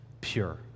pure